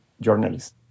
journalists